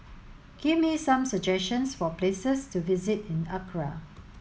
give me some suggestions for places to visit in Accra